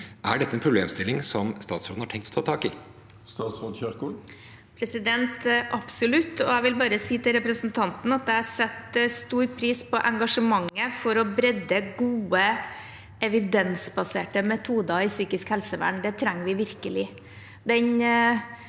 Er dette en problemstilling som statsråden har tenkt å ta tak i? Statsråd Ingvild Kjerkol Absolutt, og jeg vil bare si til representanten at jeg setter stor pris på engasjementet for å utbre gode, evidensbaserte metoder innen psykisk helsevern. Det trenger vi virkelig.